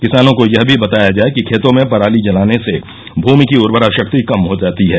किसानों को यह भी बताया जाये कि खेतों में पराली जलाने से भूमि की उर्वरा शक्ति कम हो जाती है